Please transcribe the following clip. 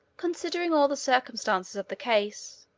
considering all the circumstances of the case,